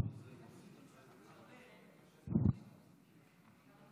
הכנסת הייתה אמורה לדון היום בחוק הממשלתי שקרוי "חוק הגיוס".